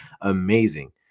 amazing